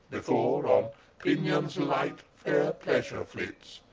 before, on pinions light, fair pleasure flits,